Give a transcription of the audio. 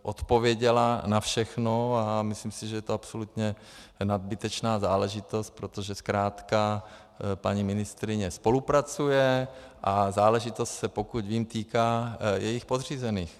Odpověděla na všechno a myslím si, že je to absolutně nadbytečná záležitost, protože zkrátka paní ministryně spolupracuje a záležitost se, pokud vím, týká jejích podřízených.